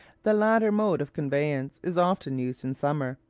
the latter mode of conveyance is often used in summer,